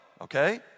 Okay